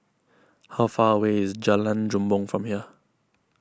how far away is Jalan Bumbong from here